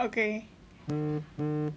okay